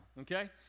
okay